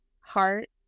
heart